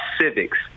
civics